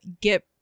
get